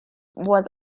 was